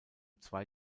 zwei